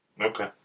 Okay